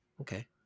Okay